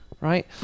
Right